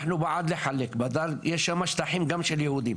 אנחנו בעד לחלק, יש שם שטחים גם של יהודים.